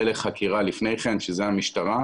ולחקירה לפני כן, שזה המשטרה.